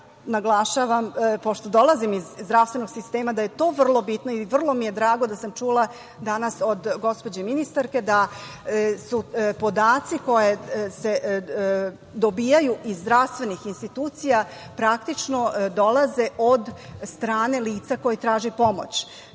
Naglašavam, pošto dolazim iz zdravstvenog sistema, da je to vrlo bitno i vrlo mi je drago da sam čula danas od gospođe ministarke da su podaci koji se dobijaju iz zdravstvenih institucija, praktično dolaze od strane lica koja traže pomoć,